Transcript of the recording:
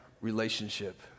relationship